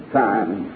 time